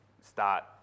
start